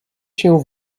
się